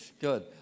good